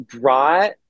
brought